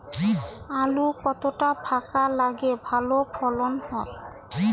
আলু কতটা ফাঁকা লাগে ভালো ফলন হয়?